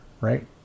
right